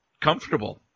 comfortable